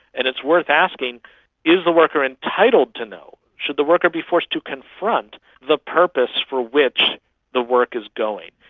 and it's worth asking is the worker entitled to know? should the worker be forced to confront the purpose for which the work is going?